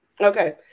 Okay